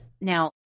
Now